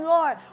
Lord